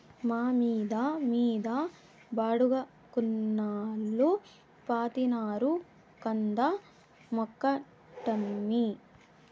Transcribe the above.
మా మిద్ద మీద బాడుగకున్నోల్లు పాతినారు కంద మొక్కటమ్మీ